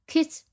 Kids